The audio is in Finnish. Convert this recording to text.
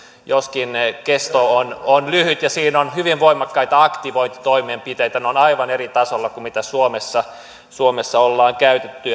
joskin kesto on on lyhyt ja siinä on hyvin voimakkaita aktivointitoimenpiteitä ne ovat aivan eri tasolla kuin mitä suomessa suomessa ollaan käytetty